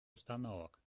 установок